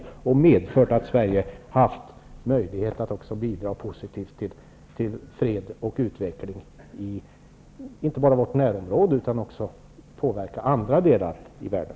Den har medfört att Sverige haft möjlighet att bidra positivt till fred och utveckling inte bara i vårt närområde utan också i andra delar i världen.